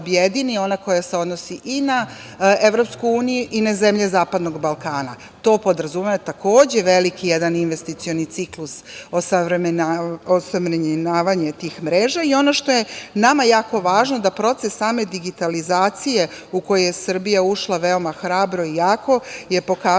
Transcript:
ona koja se odnosi i na EU i na zemlje Zapadnog Balkana. To podrazumeva takođe veliki jedan investicioni ciklus osavremenjavanja tih mreža i ono što je nama jako važno, da proces same digitalizacije u koji je Srbija ušla veoma hrabro i jako je pokazao